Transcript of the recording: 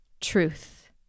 truth